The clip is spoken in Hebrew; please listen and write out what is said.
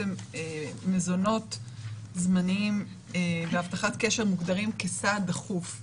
מזונות זמניים להבטחת קשר מוגדרים כסעד דחוף.